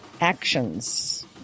actions